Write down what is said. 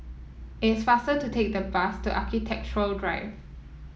it is faster to take the bus to Architecture Drive